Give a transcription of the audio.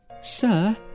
Sir